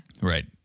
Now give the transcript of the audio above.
Right